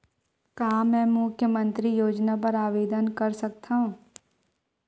का मैं मुख्यमंतरी योजना बर आवेदन कर सकथव?